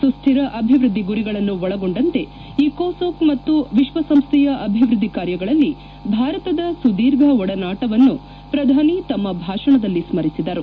ಸುಶ್ವಿರ ಅಭಿವೃದ್ದಿ ಗುರಿಗಳನ್ನು ಒಳಗೊಂಡಂತೆ ಇಕೋಸೋಕ್ ಮತ್ತು ವಿಶ್ವಸಂಸ್ಠೆಯ ಅಭಿವ್ಯದ್ದಿ ಕಾರ್ಯಗಳಲ್ಲಿ ಭಾರತದ ಸುದೀರ್ಘ ಒಡನಾಟವನ್ನು ಪ್ರಧಾನಿ ತಮ್ಮ ಭಾಷಣದಲ್ಲಿ ಸ್ಮರಿಸಿದರು